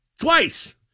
Twice